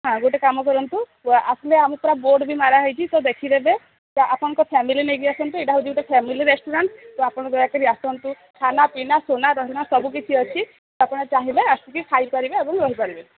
ହଁ ଗୋଟେ କାମ କରନ୍ତୁ ଆସିଲେ ଆମକୁ ପୁରା ବୋର୍ଡ୍ ବି ମରା ହୋଇଛି ତ ଦେଖିେଦେବେ ଆପଣଙ୍କ ଫ୍ୟାମିଲି ନେଇକି ଆସନ୍ତୁ ଏଟା ହେଉଛି ଗୋଟେ ଫ୍ୟାମିଲି ରେଷ୍ଟୁରାଣ୍ଟ ତ ଆପଣ ଦୟାକରି ଆସନ୍ତୁ ଖାନା ପିନା ସୋନା ରହିବା ସବୁକଛି ଅଛି ତ ଆପଣ ଚାହିଁବେ ଆସିକି ଖାଇପାରିବେ ଏବଂ ରହିପାରିବେ